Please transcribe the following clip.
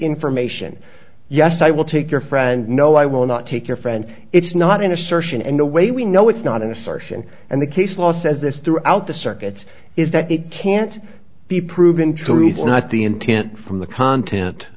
information yes i will take your friend no i will not take your friend it's not an assertion and the way we know it's not an assertion and the case law says this throughout the circuits is that it can't be proven true it's not the intent from the content